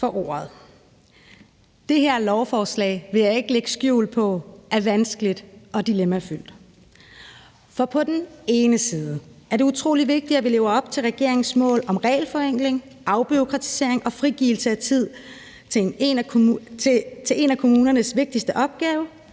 for ordet. Det her lovforslag vil jeg ikke lægge skjul på er vanskeligt og dilemmafyldt. For på den ene side er det utrolig vigtigt, at vi lever op til regeringens mål om regelforenkling, afbureaukratisering og frigivelse af tid til en af kommunernes vigtigste opgaver,